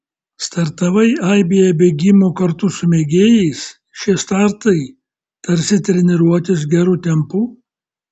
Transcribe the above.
startavai aibėje bėgimų kartu su mėgėjais šie startai tarsi treniruotės geru tempu